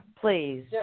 Please